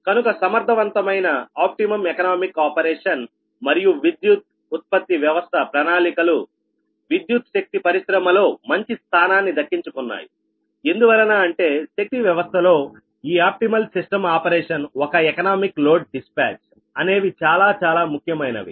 కనుక సమర్థవంతమైన optimum economic operation మరియు విద్యుత్ ఉత్పత్తి వ్యవస్థ ప్రణాళికలు విద్యుత్ శక్తి పరిశ్రమ లో మంచి స్థానాన్ని దక్కించుకున్నాయి ఎందువలన అంటే శక్తి వ్యవస్థలో ఈ ఆప్టిమల్ సిస్టం ఆపరేషన్ ఒక ఎకనామిక్ లోడ్ డిస్పాచ్ అనేవి చాలా చాలా ముఖ్యమైనవి